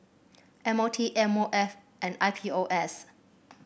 M O T M O F and I P O S